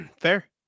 Fair